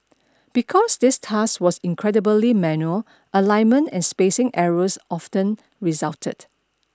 because this task was incredibly manual alignment and spacing errors often resulted